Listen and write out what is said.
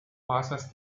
passes